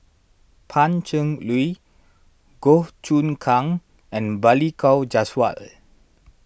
Pan Cheng Lui Goh Choon Kang and Balli Kaur Jaswal